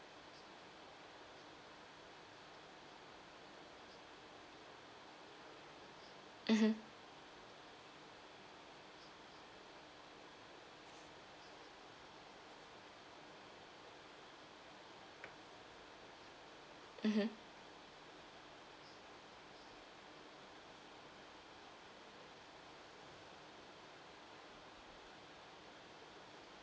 mmhmm mmhmm